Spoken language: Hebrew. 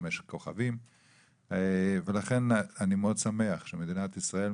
חמישה כוכבים ולכן אני מאוד שמח שמדינת ישראל,